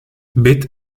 bit